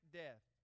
death